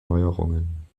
neuerungen